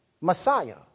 Messiah